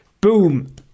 Boom